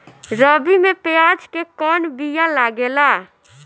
रबी में प्याज के कौन बीया लागेला?